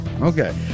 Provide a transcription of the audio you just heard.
Okay